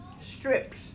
strips